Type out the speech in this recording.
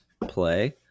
play –